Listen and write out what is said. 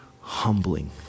humbling